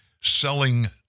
selling